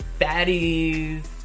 fatties